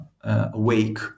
awake